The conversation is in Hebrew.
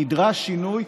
נדרש שינוי.